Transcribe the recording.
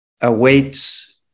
awaits